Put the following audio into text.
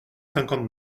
cinquante